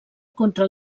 contra